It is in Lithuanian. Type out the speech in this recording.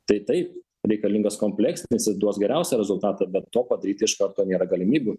tai taip reikalingas kompleksinis duos geriausią rezultatą bet to padaryti iš karto nėra galimybių